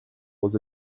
was